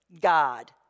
God